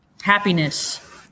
Happiness